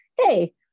hey